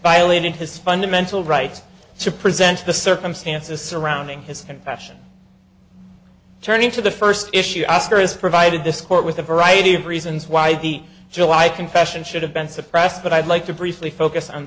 violated his fundamental rights to present the circumstances surrounding his confession turn into the first issue oscar is provided this court with a variety of reasons why the july confession should have been suppressed but i'd like to briefly focus on